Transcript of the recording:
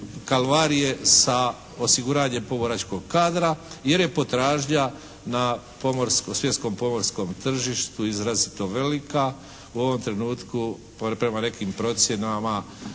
kalvarije sa osiguranjem pomoračkog kadra jer je potražnja na svjetskom pomorskom tržištu izrazito velika. U ovom trenutku prema nekim procjenama